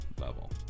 level